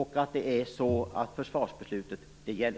Försvarsbeslutet skall gälla.